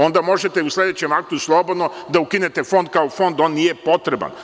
Onda možete u sledećem aktu slobodno da ukinete Fond, kao Fond on nije potreban.